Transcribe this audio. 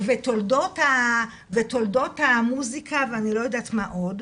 תולדות המוזיקה ואני לא יודעת מה עוד,